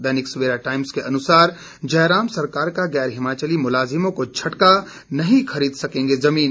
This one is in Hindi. दैनिक सवेरा टाइम्स के अनुसार जयराम सरकार का गैर हिमाचली मुलाजिमों को झटका नहीं खरीद सकेंगे जमीन